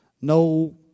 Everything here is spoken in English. No